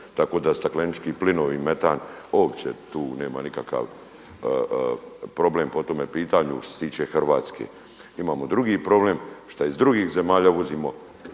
tako da staklenički plinovi i metan uopće tu nema nikakav problem po tome pitanju što se tiče Hrvatske. Imamo drugi problem šta iz drugih zemalja uvozimo